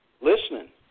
listening